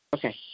Okay